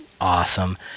awesome